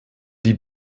die